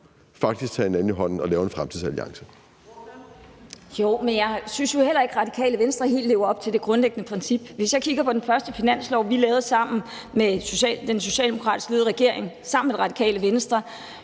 Ordføreren. Kl. 14:04 Pia Olsen Dyhr (SF): Jo, men jeg synes jo heller ikke, Radikale Venstre helt lever op til det grundlæggende princip. Hvis jeg kigger på den første finanslov, vi lavede sammen med den socialdemokratisk ledede regering og Radikale Venstre,